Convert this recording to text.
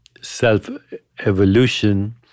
self-evolution